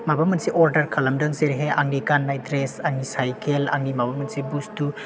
माबा मोनसे अर्डार खालामदों जेरैहाय आंनि गाननाय ड्रेस आंनि साइखेल आंनि माबा मोनसे बुस्तु